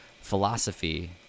philosophy